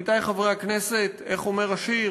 עמיתי חברי הכנסת, איך אומר השיר?